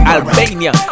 Albania